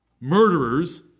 Murderers